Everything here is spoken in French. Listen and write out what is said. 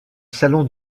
salon